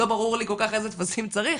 לא ברור לי כל כך איזה טפסים צריך.